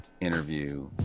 interview